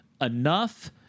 enough